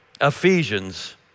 Ephesians